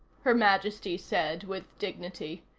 her majesty said with dignity.